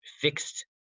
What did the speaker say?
fixed